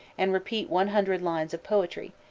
and repeat one hundred lines of poetry,